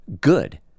good